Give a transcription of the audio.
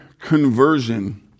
conversion